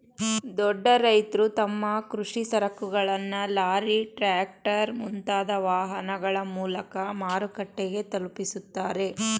ದೊಡ್ಡ ರೈತ್ರು ತಮ್ಮ ಕೃಷಿ ಸರಕುಗಳನ್ನು ಲಾರಿ, ಟ್ರ್ಯಾಕ್ಟರ್, ಮುಂತಾದ ವಾಹನಗಳ ಮೂಲಕ ಮಾರುಕಟ್ಟೆಗೆ ತಲುಪಿಸುತ್ತಾರೆ